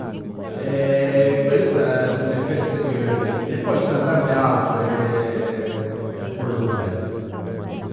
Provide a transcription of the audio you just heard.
Questa sono 'e feste mie preferite e poi ci stanno tante altre che, che pure so belle.